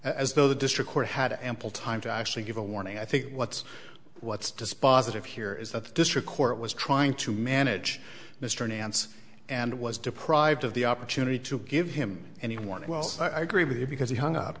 as though the district court had ample time to actually give a warning i think what's what's dispositive here is that the district court was trying to manage mr nance and was deprived of the opportunity to give him any warning i agree with you because he hung up